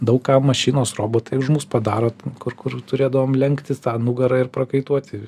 daug ką mašinos robotai už mus padaro ten kur kur turėdavom lenktis tą nugarą ir prakaituoti